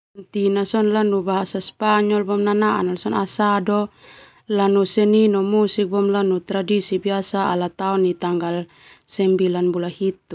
Lanu bahasa Spanyol nanaan na sona asado lanu seni no musik boema lanu tradisi biasa ala tao nai tanggal sembilan bula hitu.